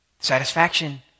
Satisfaction